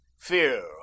fear